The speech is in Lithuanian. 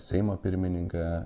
seimo pirmininką